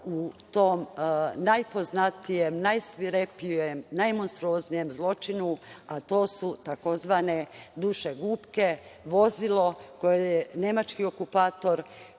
u tom najpoznatijem, najsvirepijem, najmonstruoznijem zločinu, a to su tzv. dušegupke, vozilo koje je nemački okupator